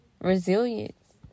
Resilience